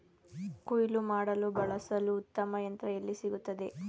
ಕುಯ್ಲು ಮಾಡಲು ಬಳಸಲು ಉತ್ತಮ ಯಂತ್ರ ಎಲ್ಲಿ ಸಿಗುತ್ತದೆ?